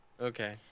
Okay